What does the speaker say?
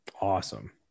awesome